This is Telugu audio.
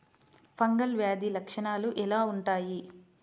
ఫంగల్ వ్యాధి లక్షనాలు ఎలా వుంటాయి?